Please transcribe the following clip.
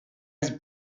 his